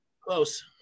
Close